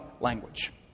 language